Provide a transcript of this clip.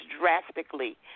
drastically